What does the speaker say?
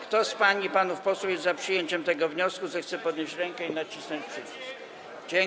Kto z pań i panów posłów jest za przyjęciem tego wniosku, zechce podnieść rękę i nacisnąć przycisk.